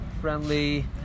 friendly